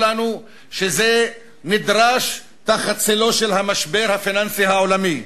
לנו שזה נדרש תחת צלו של המשבר הפיננסי העולמי.